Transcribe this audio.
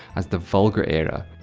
as the vulgar era.